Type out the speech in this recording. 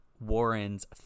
Warren's